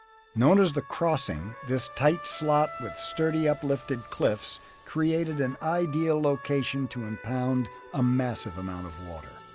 known as the crossing, this tight slot with sturdy uplifted cliffs created an ideal location to impound a massive amount of water.